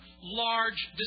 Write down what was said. large